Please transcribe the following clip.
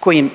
kojim